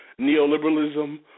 neoliberalism